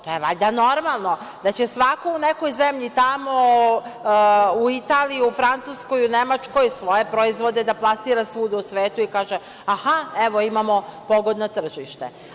To je valjda normalno da će svako u nekoj zemlju, tamo u Italiji, Francuskoj, u Nemačkoj svoje proizvode da plasira svuda u svetu i kaže - Aha, evo imamo pogodno tržište.